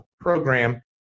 program